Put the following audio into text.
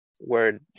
word